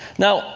now,